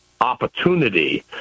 opportunity